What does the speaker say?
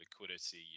liquidity